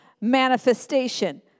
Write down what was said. manifestation